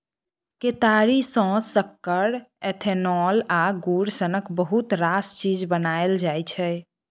केतारी सँ सक्कर, इथेनॉल आ गुड़ सनक बहुत रास चीज बनाएल जाइ छै